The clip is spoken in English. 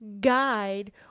guide